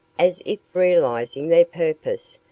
as if realizing their purpose,